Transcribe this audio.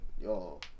Yo